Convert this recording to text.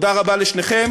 תודה רבה לשניכם.